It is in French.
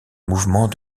mouvement